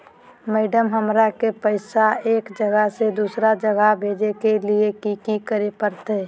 Madam, हमरा के पैसा एक जगह से दुसर जगह भेजे के लिए की की करे परते?